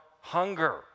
hunger